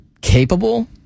capable